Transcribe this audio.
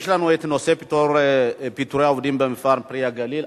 יש לנו נושא פיטורי העובדים במפעל "פרי הגליל".